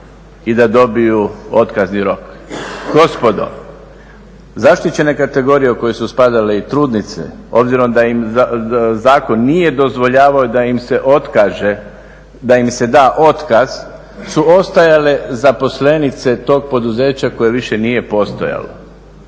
i da dobiju otkazni rok. Gospodo, zaštićene kategorije u koje su spadale i trudnice, obzirom da im zakon nije dozvoljavao da im se otkaže, da im se da otkaz, su ostajale zaposlenice tog poduzeća koje više nije postojalo